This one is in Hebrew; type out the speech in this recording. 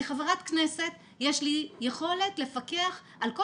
כחברת כנסת יש לי יכולת לפקח על כל